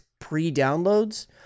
pre-downloads